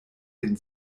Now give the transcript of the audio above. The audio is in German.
den